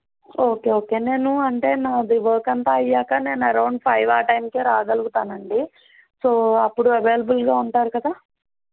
okay okay నేను అంటే నాది వర్క్ అంతా అయ్యాక నేను అరౌండ్ ఫైవ్ ఆ టైమ్కి రాగలుగుతానండి సో అప్పుడు అవైలబుల్గా ఉంటారు కదా